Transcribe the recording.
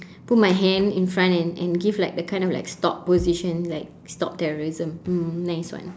put my hand in front and and give like a kind of like stop position like stop terrorism mm nice one